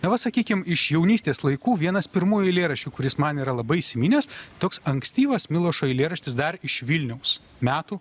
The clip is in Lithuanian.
na va sakykim iš jaunystės laikų vienas pirmųjų eilėraščių kuris man yra labai įsiminęs toks ankstyvas milošo eilėraštis dar iš vilniaus metų